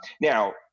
Now